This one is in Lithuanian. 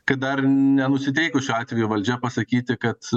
kad dar nenusiteikusiu atveju valdžia pasakyti kad